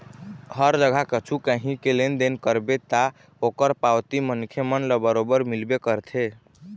हर जगा कछु काही के लेन देन करबे ता ओखर पावती मनखे मन ल बरोबर मिलबे करथे